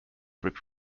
which